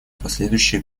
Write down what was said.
последующие